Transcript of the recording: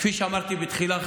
כפי שאמרתי בתחילה,